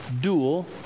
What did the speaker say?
dual